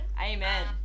Amen